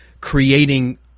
creating